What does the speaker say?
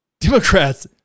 Democrats